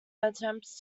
attempts